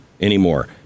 anymore